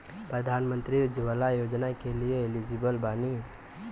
प्रधानमंत्री उज्जवला योजना के लिए एलिजिबल बानी?